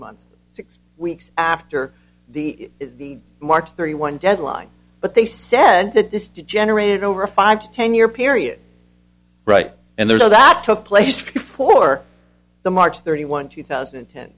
months six weeks after the march thirty one deadline but they said that this degenerated over a five to ten year period right and there that took place before the march thirty one two thousand and ten